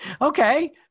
Okay